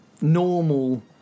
Normal